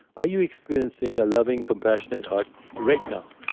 are you experiencing a loving, compassionate heart right now?